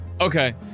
Okay